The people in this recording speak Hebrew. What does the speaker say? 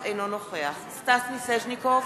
אינו נוכח סטס מיסז'ניקוב,